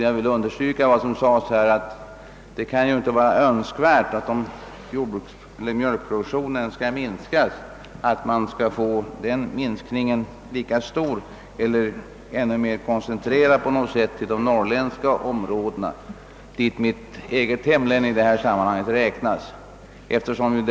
Jag vill understryka vad som sades här att det inte kan vara önskwärt att minskningen av mjölkproduktionen blir densamma i de norrländska områdena — dit mitt eget hemlän i detta sammanhang räknas — som på annat håll.